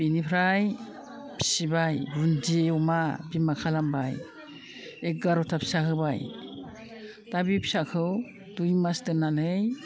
बिनिफ्राय फिसिबाय बुन्दि अमा बिमा खालामबाय एगार'था फिसा होबाय दा बे फिसाखौ दुइ मास दोननानै